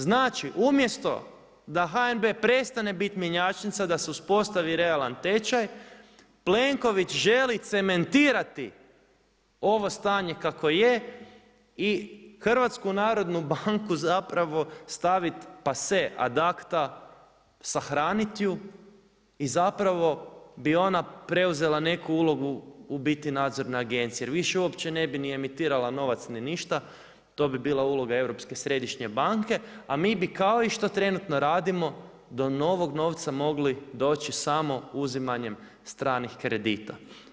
Znači umjesto da HNB prestane biti mjenjačnica, da se uspostavi realan tečaj, Plenković želi cementirati ovo stanje kako je i HNB zapravo passe ad acta, sahranit ju i zapravo bi ona preuzela neku ulogu u biti nadzorne agencije jer više uopće ne bi ni emitirala novac ni ništa, to bi bila uloga Europske središnje banke a mi kao i što trenutno radimo, do novog novca mogli doći samo uzimanjem stranih kredita.